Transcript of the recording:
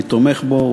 אני תומך בו,